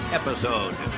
episode